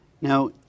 Now